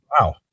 Wow